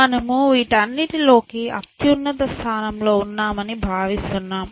మనము వీటన్నిటి లో కి అత్యున్నత స్థానం లో ఉన్నామని భావిస్తున్నాము